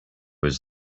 was